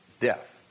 Death